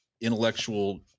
intellectual